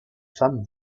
femme